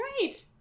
Right